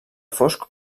fosc